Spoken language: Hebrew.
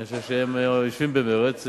אני חושב שהם יושבים במרֶץ,